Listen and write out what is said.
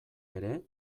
ere